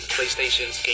PlayStations